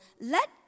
let